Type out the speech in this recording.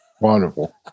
Wonderful